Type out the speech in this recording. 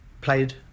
played